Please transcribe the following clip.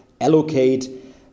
allocate